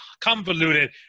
convoluted